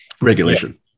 regulation